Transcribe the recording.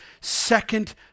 second